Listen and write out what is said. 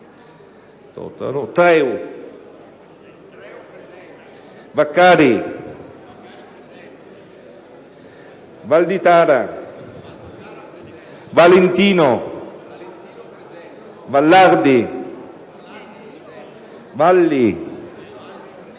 Vaccari, Valditara, Valentino, Vallardi, Valli,